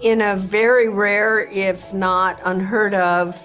in a very rare if not unheard of